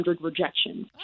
rejections